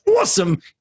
awesome